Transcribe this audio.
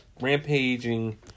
Rampaging